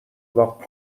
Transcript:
واق